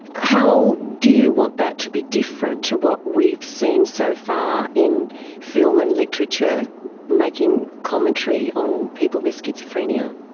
how do you want that to be different to what we've seen so far in film and literature making commentary on people with schizophrenia?